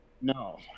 No